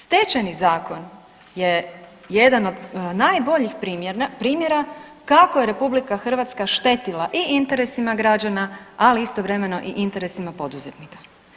Stečajni zakon je jedan od najboljih primjera kako je RH štetila i interesima građana, ali istovremeno i interesima poduzetnika.